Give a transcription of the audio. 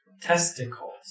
Testicles